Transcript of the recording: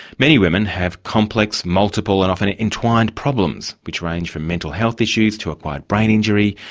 many women have complex, multiple and often entwined problems which range from mental health issues to acquired brain injury,